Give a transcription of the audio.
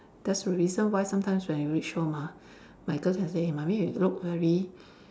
there's a reason why sometimes when you reach home ah my girls can say mummy you look very